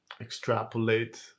extrapolate